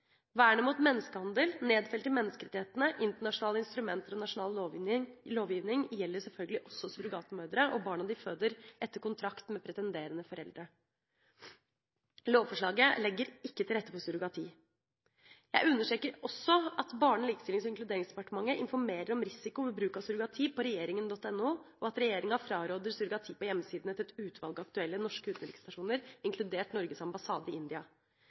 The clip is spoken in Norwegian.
Vernet mot menneskehandel – nedfelt i menneskerettighetene, internasjonale instrumenter og nasjonal lovgivning – gjelder selvfølgelig også surrogatmødre og barna de føder etter kontrakt med pretenderende foreldre. Lovforslaget legger ikke til rette for surrogati. Jeg understreker også at Barne-, likestillings- og inkluderingsdepartementet på regjeringen.no informerer om risiko ved bruk av surrogati, og at regjeringa på hjemmesidene til et utvalg aktuelle norske utenriksstasjoner, inkludert Norges ambassade i India,